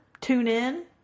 TuneIn